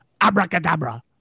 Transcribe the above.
abracadabra